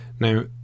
Now